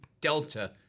Delta